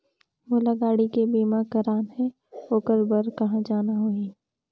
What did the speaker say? मोला गाड़ी के बीमा कराना हे ओकर बार कहा जाना होही?